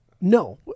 No